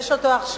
יש עכשיו,